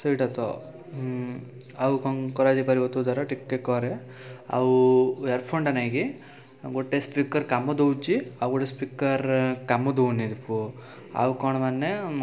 ସେଇଟା ତ ହୁଁ ଆଉ କ'ଣ କରାଯାଇପାରିବ ତୋ ଦ୍ୱାରା ଟିକିଏ କରେ ଆଉ ଇୟାରଫୋନଟା ନାଇଁକି ଗୋଟେ ସ୍ପିକର କାମ ଦେଉଛି ଆଉ ଗୋଟେ ସ୍ପିକର କାମ ଦେଉନି ଦିପୁ ଆଉ କ'ଣ ମାନେ